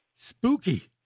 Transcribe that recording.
Spooky